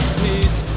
peace